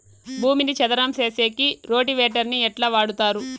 భూమిని చదరం సేసేకి రోటివేటర్ ని ఎట్లా వాడుతారు?